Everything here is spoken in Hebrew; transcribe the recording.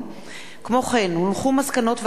הצעת חוק